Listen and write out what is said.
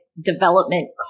development